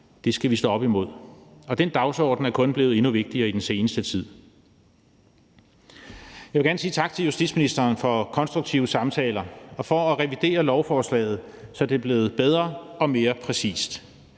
Det skal vi stå op imod, og den dagsorden er kun blevet endnu vigtigere i den seneste tid. Jeg vil gerne sige tak til justitsministeren for konstruktive samtaler og for at revidere lovforslaget, så det er blevet bedre og mere præcist,